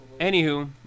Anywho